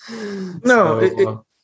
No